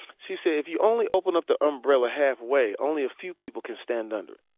she said, if you only open up the umbrella halfway, only a few people can stand under it.